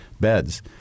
beds